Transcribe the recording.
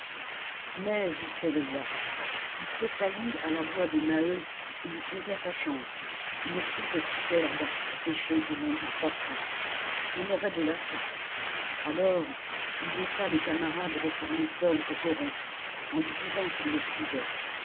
mais il s'éveilla il tressaillit à la voix de maheu qui lui contait sa chance une truite superbe pêchée et vendue trois francs on aurait de la soupe alors il laissa le camarade retourner seul au coron en lui disant qu'il le suivait